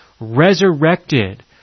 resurrected